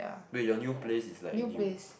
wait your new place is like new